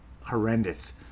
horrendous